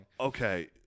okay